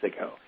ago